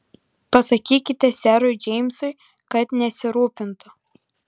pasakykite serui džeimsui kad nesirūpintų